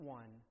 one